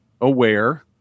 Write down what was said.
aware